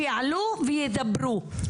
שיעלו וידברו.